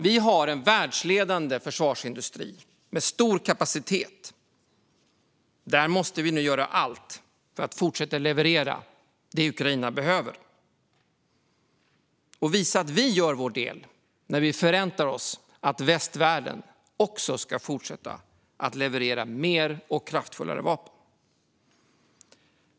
Vi har en världsledande försvarsindustri med stor kapacitet. Där måste vi nu göra allt för att fortsätta leverera det Ukraina behöver och visa att vi gör vår del och att vi förväntar oss att västvärlden också ska fortsätta leverera mer och kraftfullare vapen.